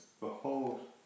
Behold